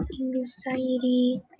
Anxiety